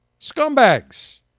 scumbags